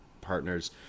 partners